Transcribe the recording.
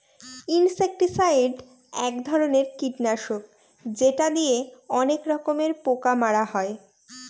insecticide এক ধরনের কীটনাশক যেটা দিয়ে অনেক রকমের পোকা মারা হয়